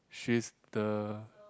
she's the